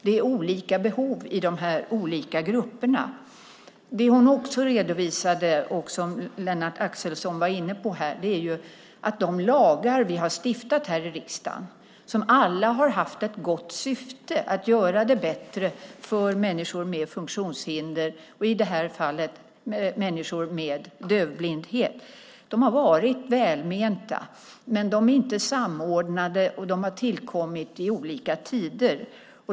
Det är olika behov i de olika grupperna. Hon redovisade också, som Lennart Axelsson var inne på här, de lagar som vi har stiftat här i riksdagen. De har alla haft det goda syftet att göra det bättre för människor med funktionshinder, och i det här fallet människor med dövblindhet. De har varit välmenta, men de är inte samordnade och har tillkommit vid olika tider.